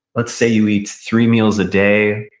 let's say you eat three meals a day,